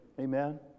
Amen